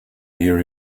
here